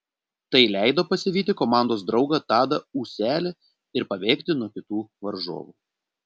tai leido pasivyti komandos draugą tadą ūselį ir pabėgti nuo kitų varžovų